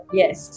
yes